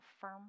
firm